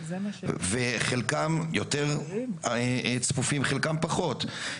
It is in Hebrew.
וחלקם יותר צפופים, חלקם פחות.